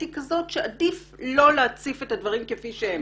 היא כזו שעדיף לא להציף את הדברים כמו שהם.